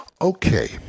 Okay